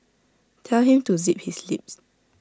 tell him to zip his lips